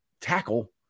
tackle